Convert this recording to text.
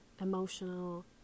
emotional